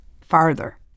Farther